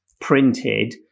printed